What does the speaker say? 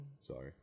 Sorry